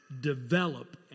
develop